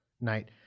night